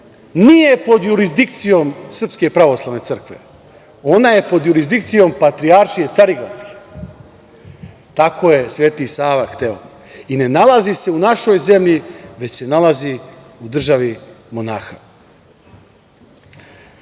nije pod jurisdikcijom SPC. Ona je pod jurisdikcijom Patrijaršije carigradske. Tako je Sveti Sava hteo i ne nalazi se u našoj zemlji, već se nalazi u državi monaha. Tačno